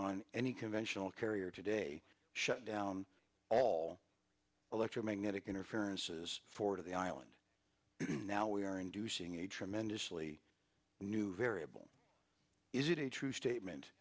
on any conventional carrier today shut down all electromagnetic interference is forward of the island now we are inducing a tremendously new variable is it a true statement